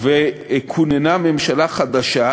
שאם כוננה ממשלה חדשה,